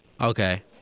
Okay